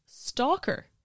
stalker